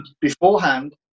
beforehand